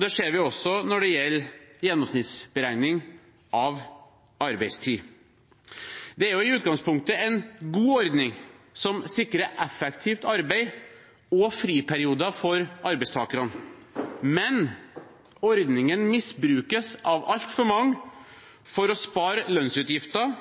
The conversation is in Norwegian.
Det ser vi også når det gjelder gjennomsnittsberegning av arbeidstid. Det er i utgangspunktet en god ordning, som sikrer effektivt arbeid og friperioder for arbeidstakerne, men ordningen misbrukes av altfor mange for å spare lønnsutgifter